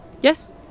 Yes